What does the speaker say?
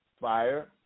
fire